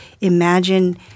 Imagine